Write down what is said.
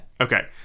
Okay